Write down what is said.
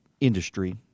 industry